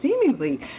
seemingly